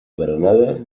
berenada